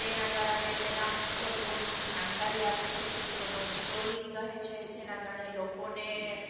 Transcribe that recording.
તેના દ્વારા તે તેના પુસ્તકોની જાણકારી આપે છે પુસ્તકોની સ્ટોરી કહે છે જેના કારણે લોકોને